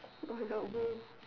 by the hole